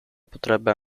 potrebbe